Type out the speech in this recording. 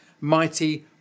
mighty